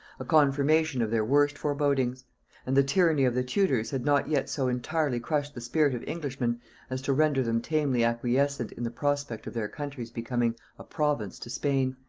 a confirmation of their worst forebodings and the tyranny of the tudors had not yet so entirely crushed the spirit of englishmen as to render them tamely acquiescent in the prospect of their country's becoming a province to spain,